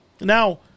Now